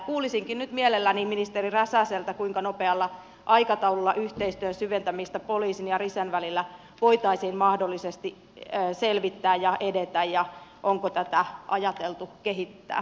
kuulisinkin nyt mielelläni ministeri räsäseltä kuinka nopealla aikataululla yhteistyön syventämistä poliisin ja risen välillä voitaisiin mahdollisesti selvittää ja edetä ja onko tätä ajateltu kehittää